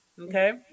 Okay